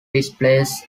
displays